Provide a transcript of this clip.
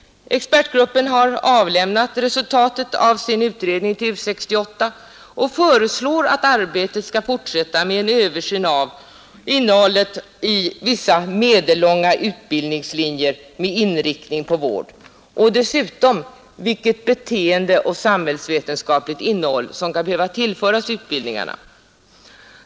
Expertgruppen har avlämnat resultatet av sin utredning till U 68 och föreslår att arbetet skall fortsätta med en översyn av innehållet i vissa medellånga utbildningslinjer med inriktning på vård och dessutom vilket beteendeoch samhällsvetenskapligt innehåll som kan behöva tillföras utbildningslinjerna.